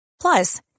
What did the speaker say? plus